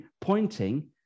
pointing